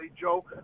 Joe